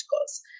cause